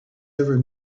ever